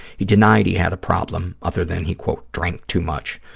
he denied he had a problem, other than he, quote, drank too much,